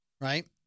right